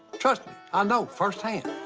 trust me. i know firsthand.